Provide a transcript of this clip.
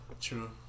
True